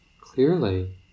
Clearly